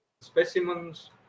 specimens